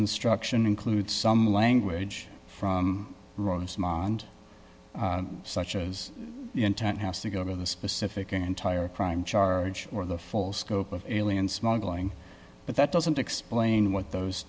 instruction include some language from rosemont such as the intent has to go over the specific entire crime charge or the full scope of alien smuggling but that doesn't explain what those